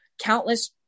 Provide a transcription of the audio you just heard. countless